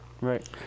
Right